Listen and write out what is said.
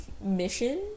mission